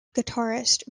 guitarist